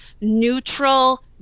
neutral